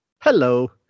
hello